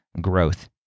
growth